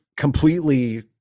completely